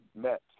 met